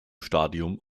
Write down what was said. stadium